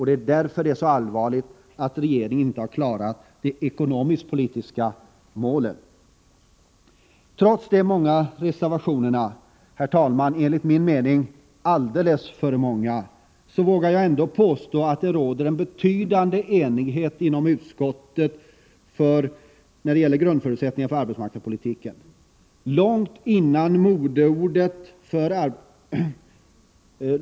Det är därför som det är så allvarligt att regeringen inte har klarat de ekonomisk-politiska målen. Trots de många reservationerna — enligt min mening alltför många — vågar jag ändå påstå att det råder en betydande enighet inom utskottet när det gäller grundförutsättningarna för arbetsmarknadspolitiken.